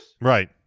Right